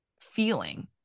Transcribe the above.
feeling